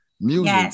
music